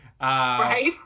Right